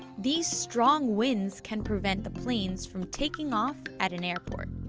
these strong winds can prevent the planes from taking off at an airport.